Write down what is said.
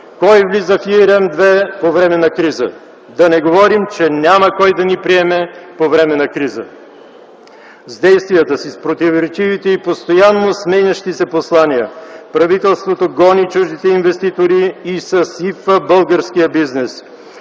Кой влиза в ERM ІІ по време на криза? Да не говорим, че няма кой да ни приеме по време на криза. С действията, с противоречивите и постоянно сменящи се послания правителството гони чуждите инвеститори и съсипва българския бизнес,